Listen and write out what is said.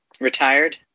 retired